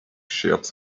sheared